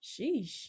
Sheesh